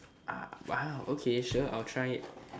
uh !wow! okay sure I I'll try it